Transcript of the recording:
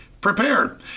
prepared